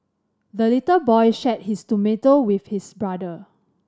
the little boy shared his tomato with his brother